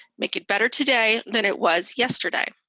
make it better today than it was yesterday.